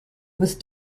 with